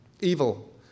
Evil